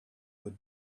would